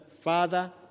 Father